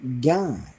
God